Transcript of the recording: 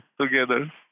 together